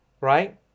right